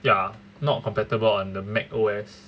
ya not compatible on the mac O_S